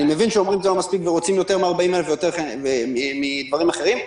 אני מבין שאומרים שזה לא מספיק ורוצים יותר מ-40,000 ועוד דברים אחרים,